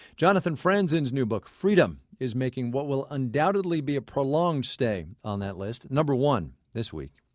jonathan franzen's new book freedom is making what will undoubtedly be a prolonged stay on that list. number one this week.